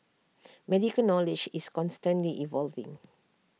medical knowledge is constantly evolving